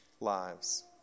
lives